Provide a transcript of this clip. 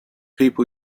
people